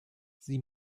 sieh